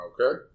Okay